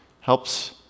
helps